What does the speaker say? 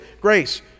grace